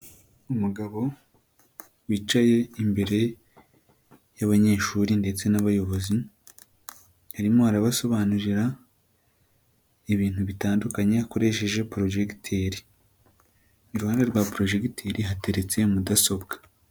Umugabo wicaye imbere y'abanyeshuri ndetse n'abayobozi, arimo arabasobanurira ibintu bitandukanye akoresheje porojegiteri, iruhande rwa porejegiteri hateretse mudasobwa.